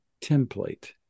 template